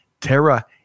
Terra